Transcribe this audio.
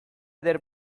eder